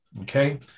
okay